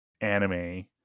anime